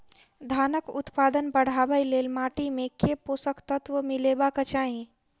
धानक उत्पादन बढ़ाबै लेल माटि मे केँ पोसक तत्व मिलेबाक चाहि?